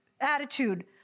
attitude